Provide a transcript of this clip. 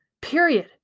Period